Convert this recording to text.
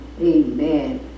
amen